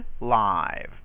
live